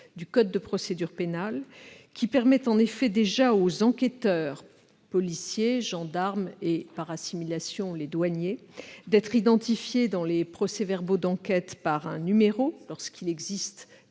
du code de procédure pénale qui permet déjà aux enquêteurs- policiers, gendarmes et, par assimilation, douaniers -d'être identifiés dans les procès-verbaux d'enquête par un numéro lorsqu'il existe